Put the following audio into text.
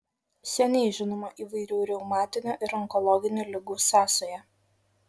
seniai žinoma įvairių reumatinių ir onkologinių ligų sąsaja